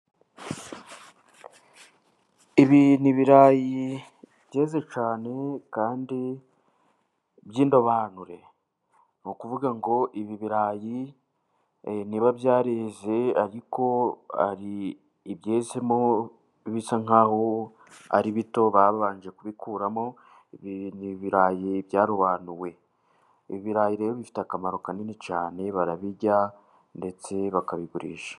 Ibi ni ibirayi byeze cyane, kandi by'indobanure ni ukuvuga ngo hari ibyezemo bisa nk'aho ari bito, babanje kubikuramo ibirayi by'indobanure, ibirayi rero bifite akamaro kanini cyane barabirya ndetse bakabigurisha.